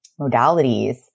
modalities